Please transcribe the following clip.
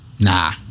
Nah